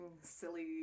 silly